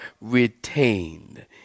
retained